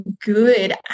good